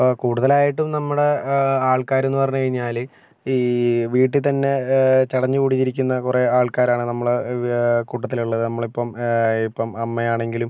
ഇപ്പം കൂടുതലായിട്ടും നമ്മുടെ ആൾക്കാർ എന്ന് പറഞ്ഞു കഴിഞ്ഞാൽ ഈ വീട്ടിൽ തന്നെ ചടഞ്ഞ് കൂടി ഇരിക്കുന്ന കുറേ ആൾക്കാരാണ് നമ്മളുടെ കൂട്ടത്തിലുള്ളത് നമ്മൾ ഇപ്പം ഇപ്പം അമ്മ ആണെങ്കിലും